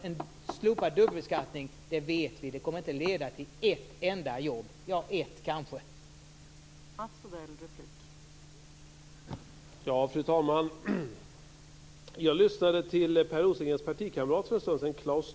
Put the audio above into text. En slopad dubbelbeskattning vet vi kommer inte att leda till ett enda jobb, ja, kanske ett.